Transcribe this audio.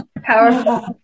Powerful